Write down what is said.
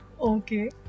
Okay